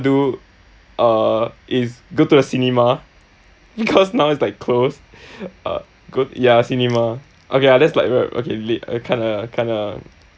do uh is go to a cinema because now it's like closed uh go ya cinema okay ah that's like like okay lit kinda kinda